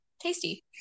tasty